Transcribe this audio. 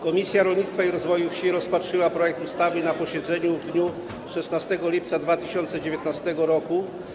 Komisja Rolnictwa i Rozwoju Wsi rozpatrzyła projekt ustawy na posiedzeniu w dniu 16 lipca 2019 r.